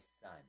son